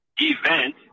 event